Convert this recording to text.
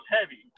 heavy